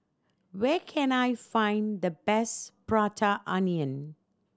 where can I find the best Prata Onion